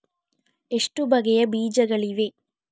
ಎಷ್ಟು ಬಗೆಯ ಬೀಜಗಳಿವೆ?